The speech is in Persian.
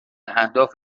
اهداف